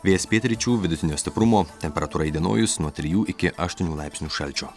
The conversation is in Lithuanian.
vėjas pietryčių vidutinio stiprumo temperatūra įdienojus nuo trijų iki aštuonių laipsnių šalčio